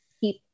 keep